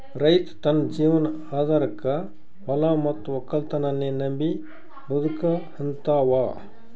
ರೈತ್ ತನ್ನ ಜೀವನ್ ಆಧಾರಕಾ ಹೊಲಾ ಮತ್ತ್ ವಕ್ಕಲತನನ್ನೇ ನಂಬಿ ಬದುಕಹಂತಾವ